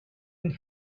and